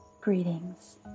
Greetings